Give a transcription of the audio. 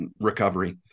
recovery